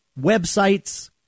websites